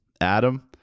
Adam